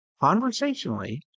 conversationally